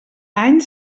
any